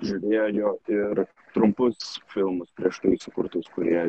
žiūrėjo ir trumpus filmus prieš tai sukurtus kurie